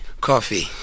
Coffee